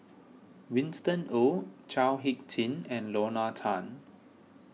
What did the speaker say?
Winston Oh Chao Hick Tin and Lorna Tan